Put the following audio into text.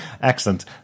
excellent